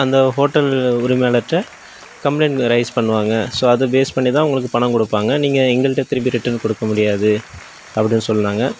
அந்த ஹோட்டல் உரிமையாளர்கிட்ட complaint raise பண்ணுவாங்க ஸோ அதை பேஸ் பண்ணி தான் உங்களுக்கு பணம் கொடுப்பாங்க நீங்கள் எங்கள்கிட்ட திருப்பி ரிட்டன் கொடுக்க முடியாது அப்படின்னு சொன்னாங்க